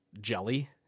jelly